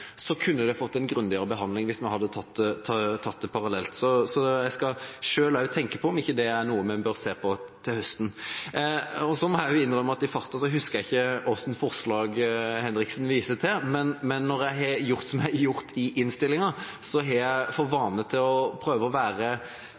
kunne det ha fått en grundigere behandling hvis en ikke hadde tatt det parallelt. Jeg skal selv også tenke på om det ikke er noe vi bør se på til høsten. Så må jeg også innrømme at i farta husker jeg ikke hva slags forslag Henriksen viser til. Men når jeg har gjort som jeg har gjort i innstillinga, er det fordi jeg har for vane å prøve å være